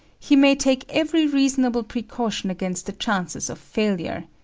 he may take every reasonable precaution against the chances of failure,